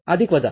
आदिक वजा